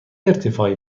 ارتفاعی